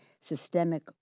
systemic